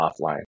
offline